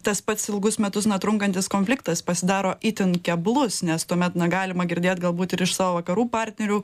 tas pats ilgus metus na trunkantis konfliktas pasidaro itin keblus nes tuomet na galima girdėt galbūt ir iš savo vakarų partnerių